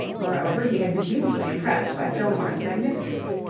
moreover, he had been hugely impressed by fillmore's magnificence.